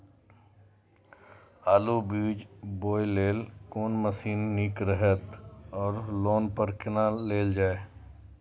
आलु बीज बोय लेल कोन मशीन निक रहैत ओर लोन पर केना लेल जाय?